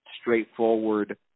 straightforward